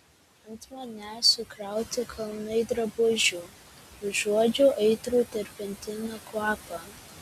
ant manęs sukrauti kalnai drabužių užuodžiu aitrų terpentino kvapą